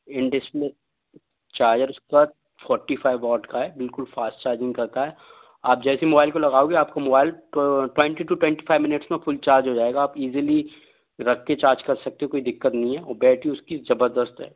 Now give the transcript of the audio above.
इन display charger उसका forty five watt का है बिल्कुल फास्ट चार्जिंग करता है आप जैसे मोबाइल को लगाओगे आपका mobile twenty two twenty five minutes में फुल चार्ज हो जाएगा आप इजिली रख कर चार्ज कर सकते हैं कोई दिक़्क़त नहीं है और बैटरी उसकी ज़बरदस्त है